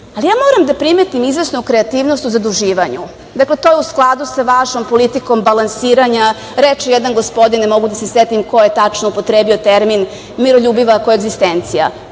to. Ja moram da primetim izvesnu kreativnost u zaduživanju. Dakle, to je u skladu sa vašom politikom balansiranja. Reč je o jednom gospodinu, ne mogu da se setim koji je tačno upotrebio termin, miroljubiva koegzistencija,